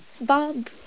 Bob